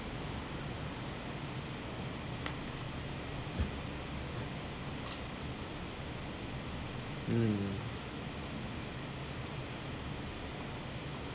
mm